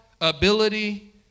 ability